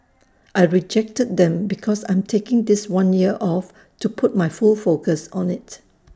I rejected them because I'm taking this one year off to put my full focus on IT